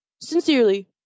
Sincerely